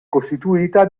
costituita